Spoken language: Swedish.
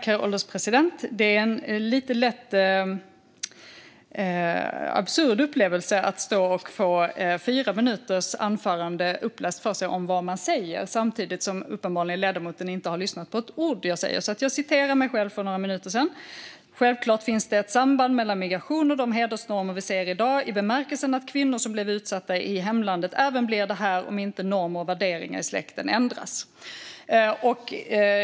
Herr ålderspresident! Det är en lite lätt absurd upplevelse att stå och få fyra minuters anförande uppläst om vad jag har sagt samtidigt som ledamoten uppenbarligen inte har lyssnat på ett ord av vad jag har sagt. Jag citerade mig själv för några minuter sedan. Självklart finns det ett samband mellan migration och de hedersnormer vi ser i dag i bemärkelsen att kvinnor som blev utsatta i hemlandet även blir det här om inte normer och värderingar i släkten ändras.